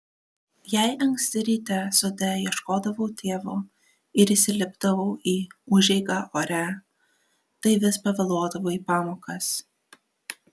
jei anksti ryte sode ieškodavau tėvo ir įsilipdavau į užeigą ore tai vis pavėluodavau į pamokas